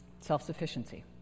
self-sufficiency